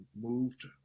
moved